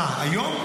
------ היום?